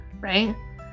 right